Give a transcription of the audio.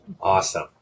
Awesome